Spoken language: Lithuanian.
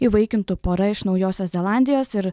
įvaikintų pora iš naujosios zelandijos ir